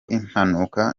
impanuka